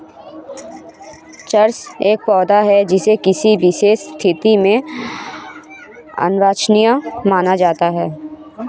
चरस एक पौधा है जिसे किसी विशेष स्थिति में अवांछनीय माना जाता है